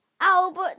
Albert